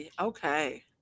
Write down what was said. okay